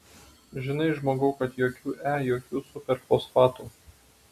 žinai žmogau kad jokių e jokių superfosfatų